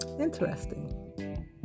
Interesting